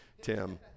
Tim